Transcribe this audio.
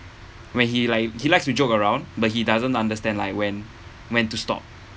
when he like he likes to joke around but he doesn't understand like when when to stop